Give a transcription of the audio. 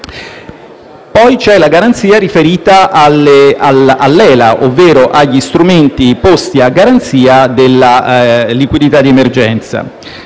poi la garanzia riferita all'ELA, ovvero agli strumenti posti a garanzia della liquidità di emergenza.